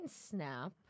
snap